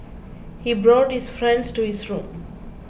he brought his friends to his room